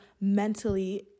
mentally